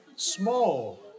small